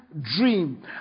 dream